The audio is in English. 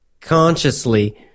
consciously